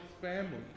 family